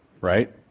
right